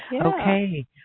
Okay